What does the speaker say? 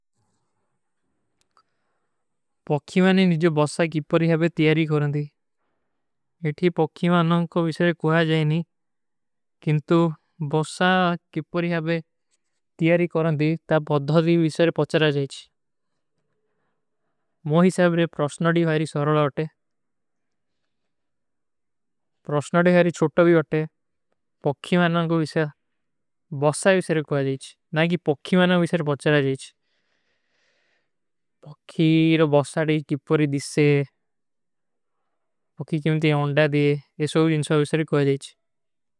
ପକ୍ଖୀ ମାନେ ନିଜୋ ବସ୍ସା କିପରୀ ହାବେ ତିଯାରୀ କରନ ଦୀ। ଇଠୀ ପକ୍ଖୀ ମାନାଂ କୋ ଵିଶର କହା ଜାଯେ ନୀ, କିଂଟୁ ବସ୍ସା କିପରୀ ହାବେ ତିଯାରୀ କରନ ଦୀ, ତା ବଦ୍ଧାରୀ ଵିଶର ପଚ୍ଚରା ଜାଯେଚ। ମୋହୀ ସାହବରେ ପ୍ରସ୍ଣଡୀ ହାରୀ ସରଲା ଅଟେ, ପକ୍ଖୀ ମାନେ ନିଜୋ ବସ୍ସା କିପରୀ ହାବେ ତିଯାରୀ କରନ ଦୀ।